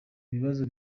ibibazo